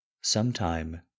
sometime